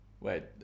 Wait